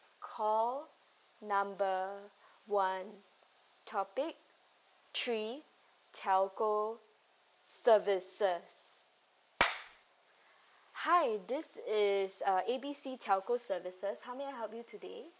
call number one topic three telco services hi this is uh A B C telco services how may I help you today